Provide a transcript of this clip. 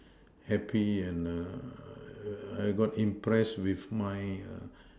happy and err I got impressed with my err